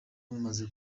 amaze